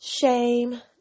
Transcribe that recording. Shame